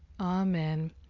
Amen